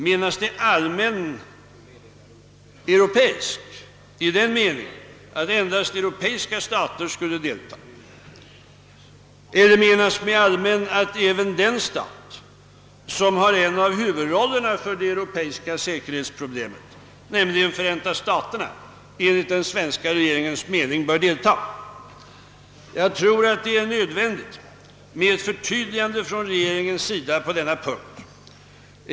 Menas det allmän europeisk i den meningen att endast europeiska stater skulle deltaga? Eller menas med allmän att även den stat, som spelar en av huvudrollerna för det europeiska säkerhetsproblmet, nämligen Förenta staterna, enligt den svenska regeringens mening bör deltaga? Jag tror att det är nödvändigt med ett förtydligande från regeringens sida på denna punkt.